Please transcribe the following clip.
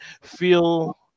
feel